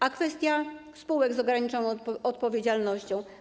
A kwestia spółek z ograniczoną odpowiedzialnością?